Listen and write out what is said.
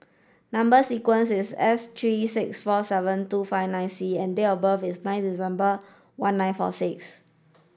number sequence is S three six four seven two five nine C and date of birth is nine December one nine four six